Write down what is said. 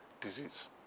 disease